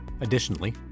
Additionally